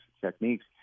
techniques